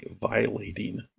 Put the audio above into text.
violating